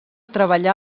treballar